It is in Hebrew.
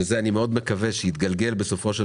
שזה אני מאוד מקווה שיתגלגל בסופו של